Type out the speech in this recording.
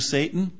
Satan